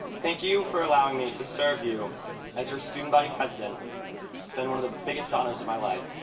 thank you for allowing me to serve you as your student body president it's been one of the biggest honors of my life.